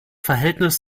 verhältnis